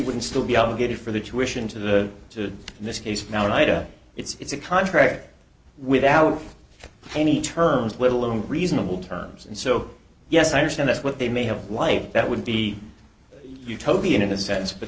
would still be obligated for the tuition to the to in this case now in ita it's a contract without any terms little in reasonable terms and so yes i understand that's what they may have life that would be utopian in a sense but